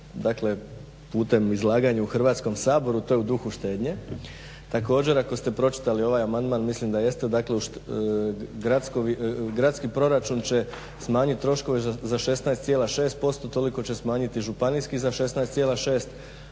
uputite putem izlaganja u Hrvatskom saboru to je u duhu štednje. Također ako ste pročitali ovaj amandman mislim da jeste, gradski proračun će smanjiti troškove za 16,6% toliko će smanjiti županijski za 16,6%